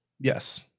yes